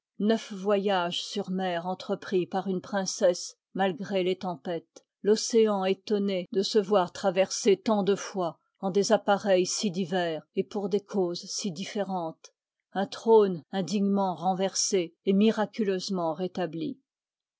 voyages sur mer entrepris par une princesse malgré les tempêtes l'océan étonné de se voir traversé tant de fois en des appareils si divers et pour des causes si différentes un trône indignement renversé et miraculeusement rétabli